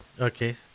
Okay